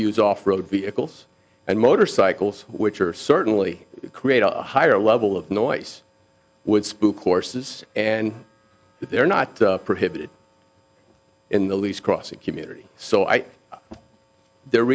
use off road vehicles and motorcycles which are certainly create a higher level of noise would spook courses and they're not prohibited in the least cross a community so i th